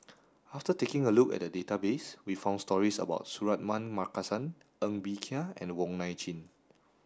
after taking a look at the database we found stories about Suratman Markasan Ng Bee Kia and Wong Nai Chin